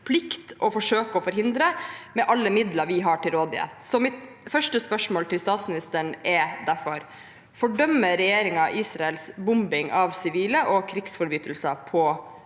å forsøke å forhindre, med alle midler vi har til rådighet. Mitt første spørsmål til statsministeren er derfor: Fordømmer regjeringen Israels bombing av sivile og krigsforbrytelser på